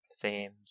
themes